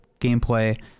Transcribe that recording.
gameplay